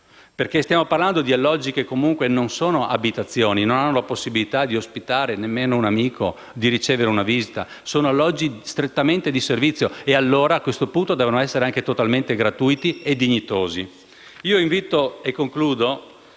perché stiamo parlando di alloggi che, comunque, non sono abitazioni (non hanno la possibilità di ospitare nemmeno un amico o di ricevere una visita), sono alloggi strettamente di servizio e allora, a questo punto, devono essere anche totalmente gratuiti e dignitosi. Invito il Governo